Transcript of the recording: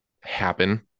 happen